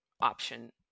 option